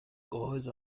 gehäuse